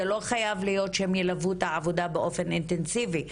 זה לא חייב להיות שהם ילוו את העבודה באופן אינטנסיבי,